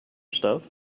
stuff